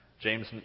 James